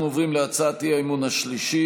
אנחנו עוברים להצעת האי-אמון השלישית,